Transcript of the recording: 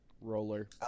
Roller